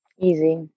Easy